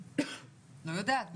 את לא יודעת.